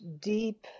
deep